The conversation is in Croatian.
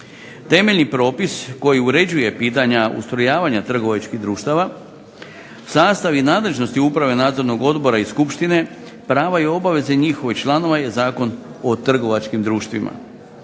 Temeljni propis koji uređuje pitanja ustrojavanja trgovačkih društava sastav i nadležnosti Uprave nadzornog odbora i skupštine, prava i obaveze njihovih članova je Zakon o trgovačkim društvima.